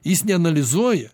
jis neanalizuoja